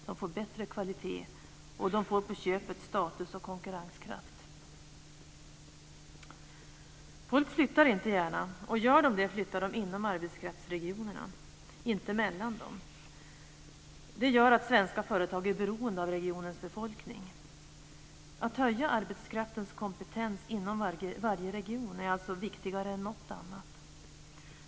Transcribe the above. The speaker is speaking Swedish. De får bättre kvalitet, och de får på köpet status och konkurrenskraft. Folk flyttar inte gärna, och gör de det flyttar de inom arbetskraftsregionerna, inte mellan dem. Det gör att svenska företag är beroende av regionens befolkning. Att höja arbetskraftens kompetens inom varje region är alltså viktigare än något annat.